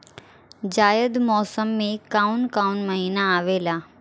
जायद मौसम में काउन काउन महीना आवेला?